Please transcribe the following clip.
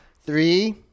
Three